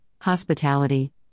hospitality